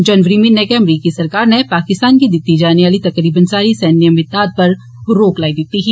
जनवरी म्हीने गै अमरीकी सरकार नै पाकिस्तान गी दिती जाने आली तकरीबन सारी सैन्य इमदाद उप्पर रोक लाई दिती ही